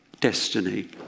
destiny